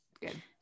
Good